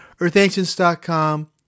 earthancients.com